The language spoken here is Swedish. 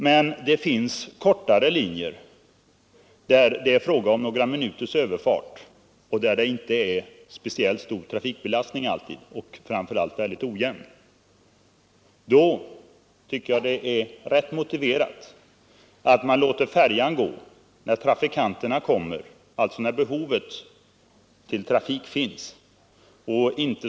Men när det gäller kortare linjer, där det är fråga om några minuters överfart och där trafikbelastningen är relativt liten och framför allt mycket ojämn, tycker jag det är motiverat att man låter färjan gå när trafikanterna kommer, alltså när behovet finns.